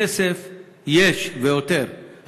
כסף יש די והותר,